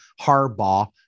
Harbaugh